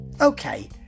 Okay